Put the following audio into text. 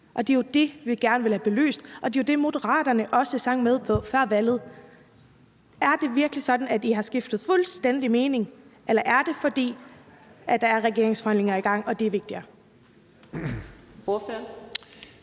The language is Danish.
Det er jo det, vi gerne vil have belyst, og det var jo det, Moderaterne også sang med på før valget. Er det virkelig sådan, at I har skiftet fuldstændig mening, eller er det, fordi der er regeringsforhandlinger i gang og det er vigtigere?